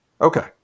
Okay